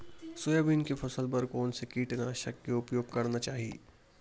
Soybean के फसल बर कोन से कीटनाशक के उपयोग करना चाहि?